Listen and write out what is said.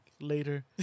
later